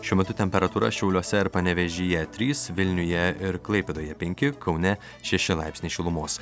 šiuo metu temperatūra šiauliuose ir panevėžyje trys vilniuje ir klaipėdoje penki kaune šeši laipsniai šilumos